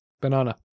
Banana